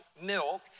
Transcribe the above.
milk